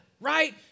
right